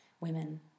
women